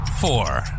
four